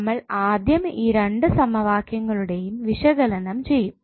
നമ്മൾ ആദ്യം ഈ രണ്ട് സമവാക്യങ്ങളെയും വിശകലനം ചെയ്യും